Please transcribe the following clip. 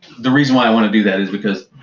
the reason why i want to do that is because